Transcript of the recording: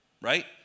right